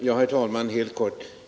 Herr talman!